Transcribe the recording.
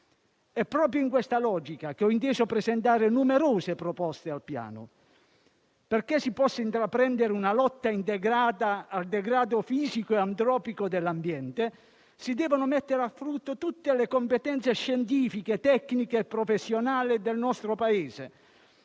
È proprio in questa logica che ho inteso presentare numerose proposte al Piano. Affinché si possa intraprendere una lotta integrata al degrado fisico e antropico dell'ambiente, si devono mettere a frutto tutte le competenze scientifiche, tecniche e professionali del nostro Paese